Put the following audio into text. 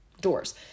doors